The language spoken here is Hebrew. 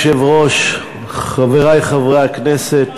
אדוני היושב-ראש, חברי חברי הכנסת,